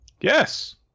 Yes